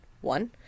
One